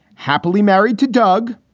happily married to doug.